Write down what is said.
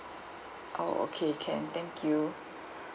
oh okay can thank you